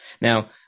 Now